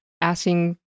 asking